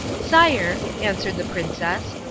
sire, answered the princess,